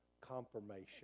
confirmation